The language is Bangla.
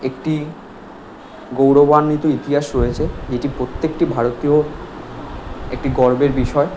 একটি গৌরবান্বিত ইতিহাস রয়েছে যেটি প্রত্যেকটি ভারতীয় একটি গর্বের বিষয়